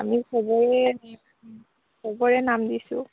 আমি সবৰে সবৰে নাম দিছোঁ